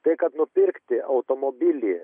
tai kad nupirkti automobilį